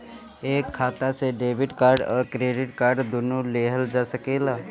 एक खाता से डेबिट कार्ड और क्रेडिट कार्ड दुनु लेहल जा सकेला?